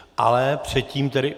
Ale předtím tedy...